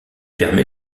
permet